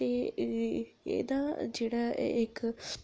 ते ए ए एह्दा जेह्ड़ा इक